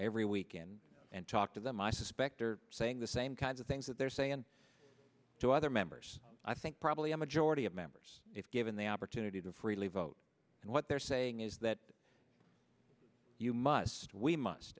every weekend and talk to them i suspect are saying the same kinds of things that they're saying to other members i think probably a majority of members if given the opportunity to freely vote and what they're saying is that you must we must